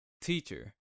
teacher